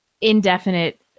indefinite